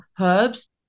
herbs